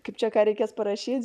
kaip čia ką reikės parašyt